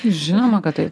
žinoma kad taip